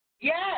Yes